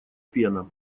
пена